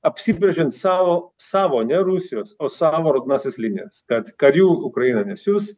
apsibrėžiant savo savo ne rusijos o savo raudonąsias linijas kad karių ukraina nesiųs